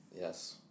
Yes